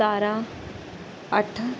सतारां अट्ठ